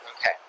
Okay